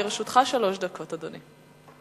לרשותך שלוש דקות, אדוני.